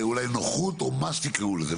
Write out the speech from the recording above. ואולי נוחות, או מה שתקראו לזה.